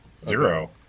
Zero